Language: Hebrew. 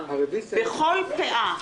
בכל פאה,